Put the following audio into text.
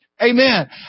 Amen